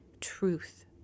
truth